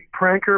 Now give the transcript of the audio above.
pranker